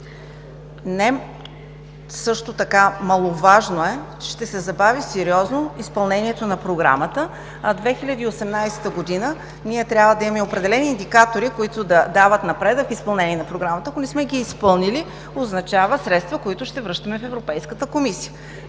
Също така немаловажно е, че ще се забави сериозно изпълнението на Програмата, а през 2018 г. ние трябва да имаме определени индикатори, които да дават напредък в изпълнение на Програмата. Ако не сме ги изпълнили, означава средства, които ще връщаме в Европейската комисия.